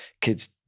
kids